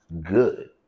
good